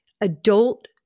adult